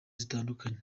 zitandukanye